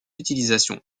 utilisation